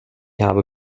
habe